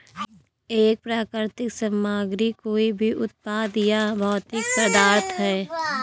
एक प्राकृतिक सामग्री कोई भी उत्पाद या भौतिक पदार्थ है